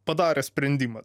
padarė sprendimą